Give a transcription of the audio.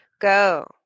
go